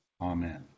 Amen